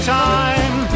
time